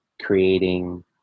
creating